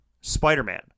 Spider-Man